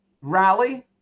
rally